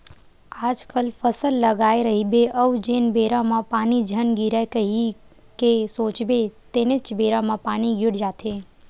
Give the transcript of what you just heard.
आजकल फसल लगाए रहिबे अउ जेन बेरा म पानी झन गिरय कही के सोचबे तेनेच बेरा म पानी गिर जाथे